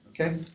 okay